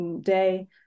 day